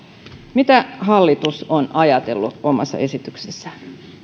mitä hallitus on ajatellut omassa esityksessään